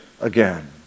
again